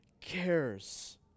cares